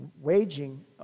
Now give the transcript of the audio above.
waging